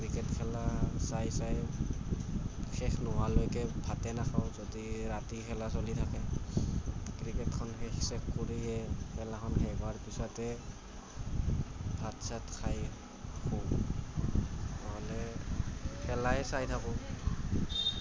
cricket খেলা চাই চাই শেষ নোহোৱালৈকে ভাতে নাখাওঁ যদি ৰাতি খেলা চলি থাকে ক্ৰিকেটখন শেষ চেখ কৰিহে খেলাখন শেষ হোৱাৰ পিছতহে ভাত চাত খাই শুওঁ নহ'লে খেলাই চাই থাকোঁ